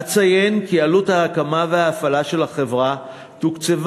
אציין כי עלות ההקמה וההפעלה של החברה תוקצבה